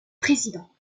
président